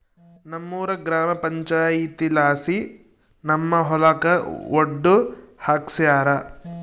ನಮ್ಮೂರ ಗ್ರಾಮ ಪಂಚಾಯಿತಿಲಾಸಿ ನಮ್ಮ ಹೊಲಕ ಒಡ್ಡು ಹಾಕ್ಸ್ಯಾರ